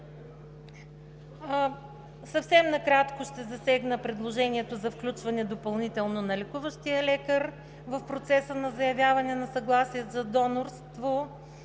Съвсем накратко ще засегна предложението за включване допълнително на лекуващия лекар в процеса на заявяване на съгласие за донорство.